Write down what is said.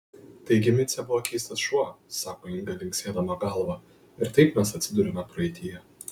taigi micė buvo keistas šuo sako inga linksėdama galva ir taip mes atsiduriame praeityje